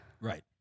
Right